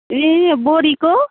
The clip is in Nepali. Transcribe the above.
ए बोडीको